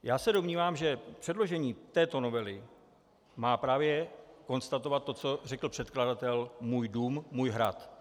Já se domnívám, že předložení této novely má právě konstatovat to, co řekl předkladatel: můj dům, můj hrad.